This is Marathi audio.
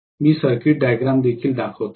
मी सर्किट डायग्राम देखील दाखवतो